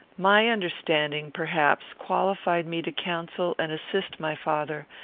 my understanding, perhaps, qualified me to counsel and assist my father,